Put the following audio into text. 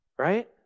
Right